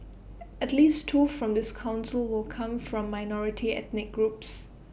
at least two from this Council will come from minority ethnic groups